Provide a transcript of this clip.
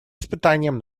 испытанием